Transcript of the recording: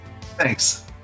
Thanks